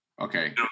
Okay